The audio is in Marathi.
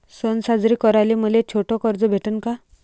सन साजरे कराले मले छोट कर्ज भेटन का?